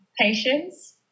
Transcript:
patience